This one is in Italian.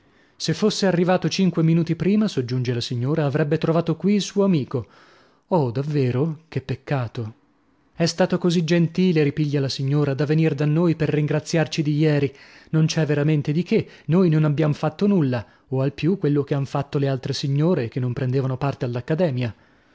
se fosse arrivato cinque minuti prima soggiunge la signora avrebbe trovato qui il suo amico oh davvero che peccato è stato così gentile ripiglia la signora da venir da noi per ringraziarci di ieri non c'è veramente di che noi non abbiam fatto nulla o al più quello che han tatto le altre signore che non prendevano parte